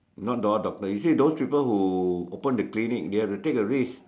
not all doctor you see those people that open the clinic they have to take a risk